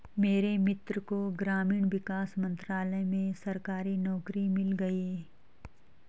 मेरे मित्र को ग्रामीण विकास मंत्रालय में सरकारी नौकरी मिल गई